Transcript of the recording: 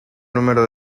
número